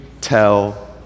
tell